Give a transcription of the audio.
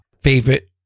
Favorite